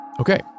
okay